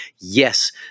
yes